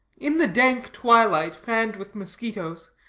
in the dank twilight, fanned with mosquitoes,